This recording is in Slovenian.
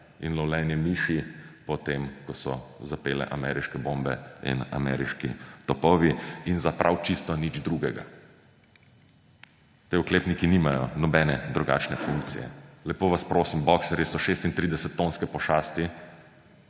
in lovljenje miši, potem ko so zapele ameriške bombe in ameriški topovi, in za prav čisto nič drugega. Ti oklepniki nimajo nobene drugačne funkcije. Lepo vas prosim, boxerji so 36-tonske pošasti,